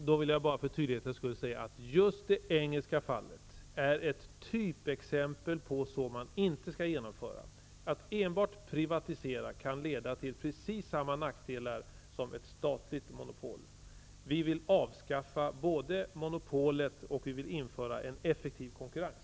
Herr talman! För tydlighetens skull vill jag bara säga att just det engelska fallet är ett typexempel på hur man inte skall göra. Att enbart privatisera kan innebära precis samma nackdelar som ett statligt monopol för med sig. Vi vill både avskaffa monopolet och införa en effektiv konkurrens.